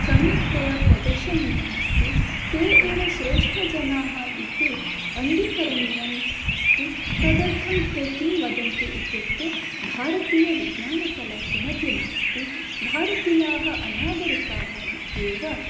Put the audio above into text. सम्यकतया प्रदर्शनीयमस्ति ते एव श्रेष्ठः जनाः इति अङ्गीकरणीयम् अस्ति तदर्थं ते किं वदन्ति इत्युक्ते भारतीय विज्ञानकला किमपि नास्ति भारतीयाः अनागरिकाः इत्येव